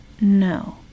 no